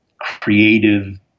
creative